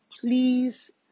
please